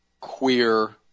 Queer